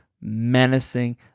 menacing